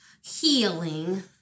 Healing